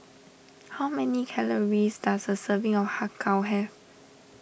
how many calories does a serving of Har Kow have